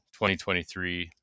2023